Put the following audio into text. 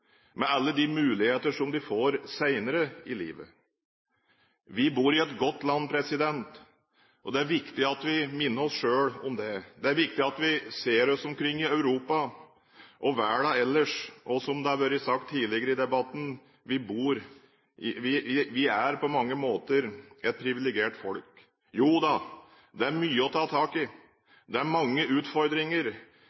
med alle de muligheter som de får senere i livet. Vi bor i et godt land, og det er viktig at vi minner oss selv om det. Det er viktig at vi ser oss omkring i Europa og verden ellers. Og som det har vært sagt tidligere i debatten: Vi er på mange måter et privilegert folk. Jo da, det er mye å ta tak i.